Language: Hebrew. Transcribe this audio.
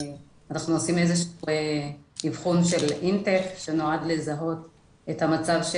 אנחנו עושים אבחון של אינטק שנועד לזהות את המצב.